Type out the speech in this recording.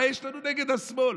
מה יש לנו נגד השמאל.